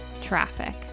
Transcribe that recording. traffic